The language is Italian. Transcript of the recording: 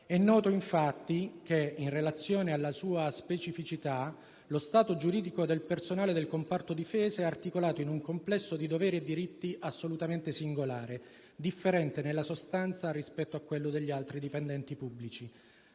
È noto infatti che, in relazione alla sua specificità, lo stato giuridico del personale del comparto difesa è articolato in un complesso di doveri e diritti assolutamente singolare, differente, nella sostanza, rispetto a quello degli altri dipendenti pubblici.